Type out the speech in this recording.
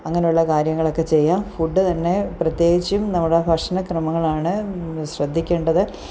അങ്ങനെയുള്ള കാര്യങ്ങളൊക്കെ ചെയ്യാം ഫുഡ് തന്നെ പ്രത്യേകിച്ചും നമ്മുടെ ഭക്ഷണ ക്രമങ്ങളാണ് ശ്രദ്ധിക്കേണ്ടത്